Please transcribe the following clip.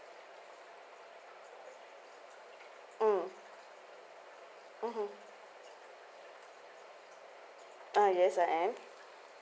mm mmhmm uh yes I am